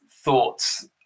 thoughts